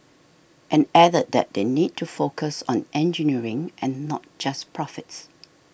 and added that they need to focus on engineering and not just profits